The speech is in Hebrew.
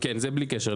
כן, זה בלי קשר.